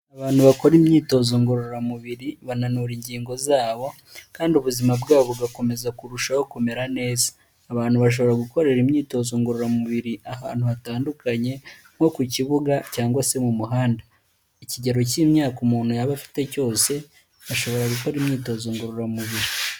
Abantu bakora imyitozo ngororamubiri, bananura ingingo zabo kandi ubuzima bwabo bugakomeza kurushaho kumera neza. Abantu bashobora gukorera imyitozo ngororamubiri ahantu hatandukanye nko ku kibuga cyangwa se mu muhanda. Ikigero k'imyaka umuntu yaba afite cyose, ashobora gukora imyitozo ngororamubiri.